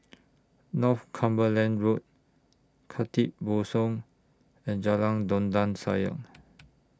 Northumberland Road Khatib Bongsu and Jalan Dondang Sayang